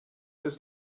ist